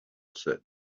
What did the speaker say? said